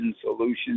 solutions